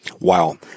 Wow